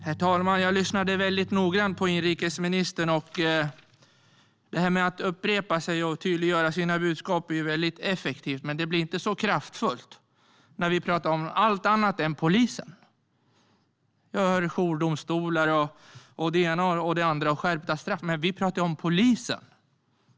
Herr talman! Jag lyssnade väldigt noggrant på inrikesministern. Att upprepa sig och tydliggöra sina budskap är väldigt effektivt, men det blir inte så kraftfullt när man pratar om allt annat än polisen. Jag hör talas om jourdomstolar, skärpta straff och det ena och det andra. Men vi pratar om polisen.